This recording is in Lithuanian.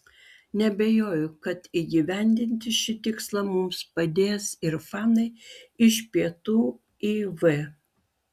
neabejoju kad įgyvendinti šį tikslą mums padės ir fanai iš pietų iv